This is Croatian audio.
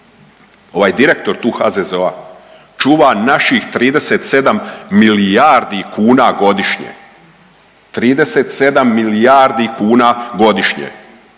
ovaj direktor tu HZZO-a čuva naših 37 milijardi kuna godišnje. 37 milijardi kuna godišnje.